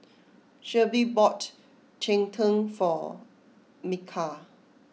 Shelbie bought Cheng Tng for Mikal